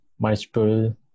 multiple